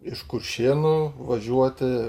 iš kuršėnų važiuoti